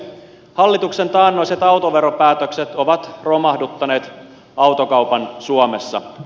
hallituksen taannoiset autoveropäätökset ovat romahduttaneet autokaupan suomessa